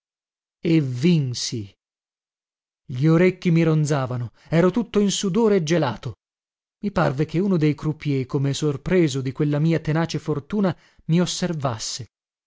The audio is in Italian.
e vinsi gli orecchi mi ronzavano ero tutto in sudore e gelato i parve che uno dei croupiers come sorpreso di quella mia tenace fortuna mi osservasse